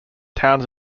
towns